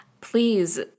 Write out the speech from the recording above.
please